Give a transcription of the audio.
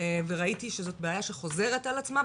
וראיתי שזו בעיה שחוזרת על עצמה,